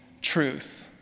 truth